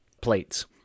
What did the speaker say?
plates